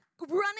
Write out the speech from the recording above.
running